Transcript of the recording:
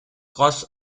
groß